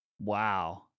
Wow